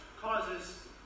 causes